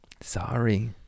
Sorry